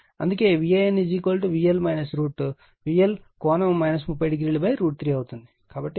కాబట్టి VP 3003 అవుతుంది